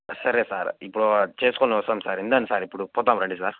సరే సార్ ఇప్పుడు చేసుకొని వస్తాం సార్ ఇందోడి సార్ ఇప్పుడు పోదాం రండి సార్